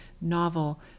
novel